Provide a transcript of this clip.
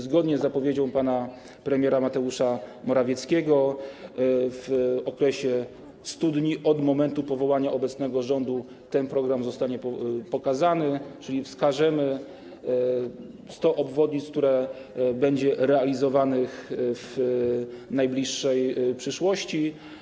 Zgodnie z zapowiedzią pana premiera Mateusza Morawieckiego w okresie 100 dni od momentu powołania obecnego rządu ten program zostanie pokazany, czyli wskażemy 100 obwodnic, które będą realizowane w najbliższej przyszłości.